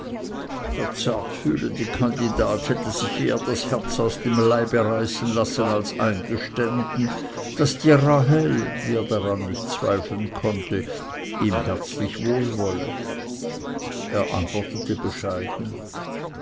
der zartfühlende kandidat hätte sich eher das herz aus dem leibe reißen lassen als eingestanden daß die rahel wie er daran nicht zweifeln konnte ihm herzlich wohlwolle er antwortete bescheiden